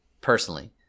personally